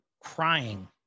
crying